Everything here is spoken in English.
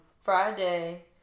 Friday